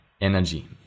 energy